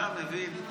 אתה מבין?